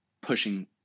pushing